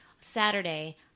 Saturday